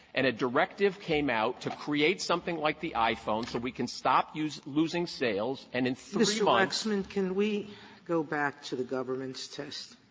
and a directive came out to create something like the iphone so we can stop use losing sales. and in three, like so and can we go back to the government's test,